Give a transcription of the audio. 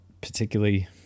particularly